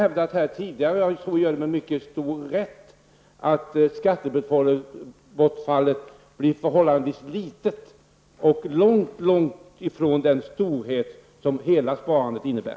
Jag har tidigare hävdat med stor rätt att skattebortfallet blir förhållandevis litet och långt ifrån den omfattning som hela sparandet har.